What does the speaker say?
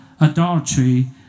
adultery